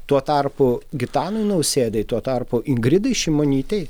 tuo tarpu gitanui nausėdai tuo tarpu ingridai šimonytei